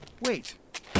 Wait